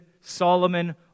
Solomon